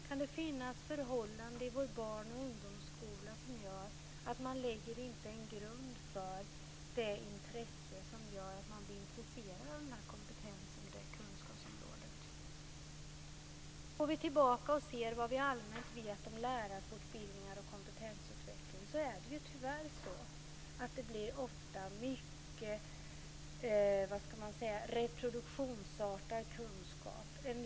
Kan det finnas förhållanden i vår barn och ungdomsskola som gör att det inte läggs någon grund för det som gör att man blir intresserad av denna kompetens och detta kunskapsområde? Går vi tillbaka och ser allmänt på lärarfortbildningar och kompetensutveckling blir det tyvärr ofta mycket reproduktionsartad kunskap.